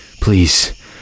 Please